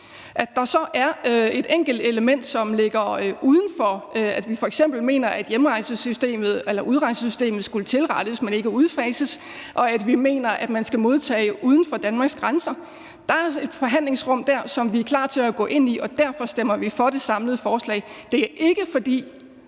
Der er så et enkelt element, som ligger udenfor. F.eks. mener vi, at udrejsesystemet skal tilrettes, men ikke udfases, og vi mener, at man skal modtage flygtninge uden for Danmarks grænser. Der er et forhandlingsrum der, som vi er klar til at gå ind i, og derfor stemmer vi for det samlede forslag. Det er ikke, fordi